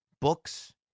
Books